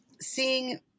seeing